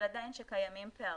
אבל עדיין שקיימים פערים.